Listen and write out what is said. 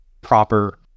proper